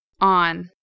On